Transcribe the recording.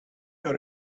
your